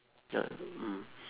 ya mm